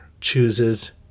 chooses